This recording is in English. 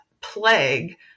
plague